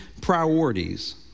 priorities